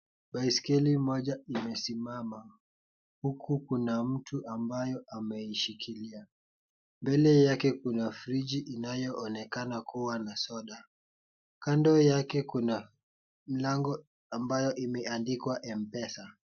Baiskeli moja imesimama huku kuna mtu ambaye ameishikilia. Mbele yake kuna friji inayoonekana kuwa na soda. Kando yake kuna mlango ambao umeandikwa M-Pesa.